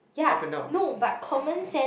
ya no but common sense